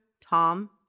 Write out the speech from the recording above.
tom